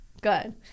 Good